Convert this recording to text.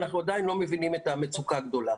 אנחנו עדיין לא מבינים את המצוקה הגדולה.